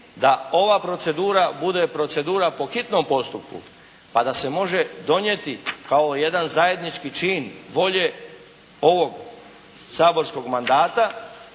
da ova procedura bude procedura po hitnom postupku pa da se može donijeti kao jedan zajednički čin volje ovog saborskog mandata